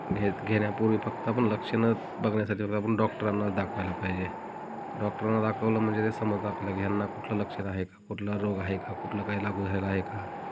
घेत घेण्यापूर्वी फक्त आपण लक्षणंच बघण्यासाठी फक्त आप डॉक्टरांनाच दाखवायला पाहिजे डॉक्टरांना दाखवलं म्हणजे ते समजतात आपल्या ह्यांना कुठलं लक्षण आहे का कुठला रोग आहे का कुठलं काही लागू झालेलं आहे का